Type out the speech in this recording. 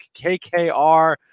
KKR